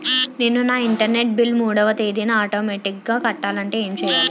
నేను నా internet bill మూడవ తేదీన ఆటోమేటిగ్గా కట్టాలంటే ఏం చేయాలి?